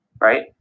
right